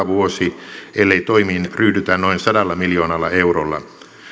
vuosi ellei toimiin ryhdytä noin sadalla miljoonalla eurolla